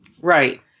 Right